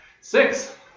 Six